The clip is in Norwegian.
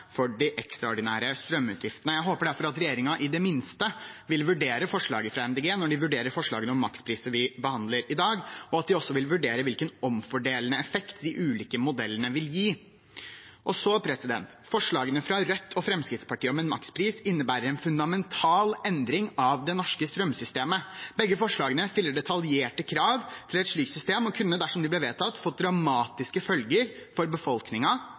for de ekstraordinære strømutgiftene. Jeg håper derfor at regjeringen i det minste vil vurdere forslaget fra Miljøpartiet De Grønne når de vurderer forslagene om makspris, som vi behandler i dag, og at de også vil vurdere hvilken omfordelende effekt de ulike modellene vil gi. Forslagene fra Rødt og Fremskrittspartiet om en makspris innebærer en fundamental endring av det norske strømsystemet. Begge forslagene stiller detaljerte krav til et slikt system og kunne, dersom de ble vedtatt, fått dramatiske følger for